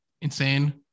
insane